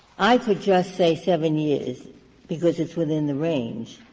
i could just say seven years because it's within the range,